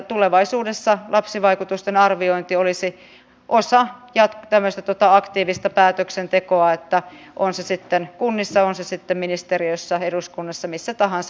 tulevaisuudessa lapsivaikutusten arviointi olisi osa tämmöistä aktiivista päätöksentekoa on se sitten kunnissa ministeriössä eduskunnassa missä tahansa